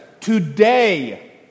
Today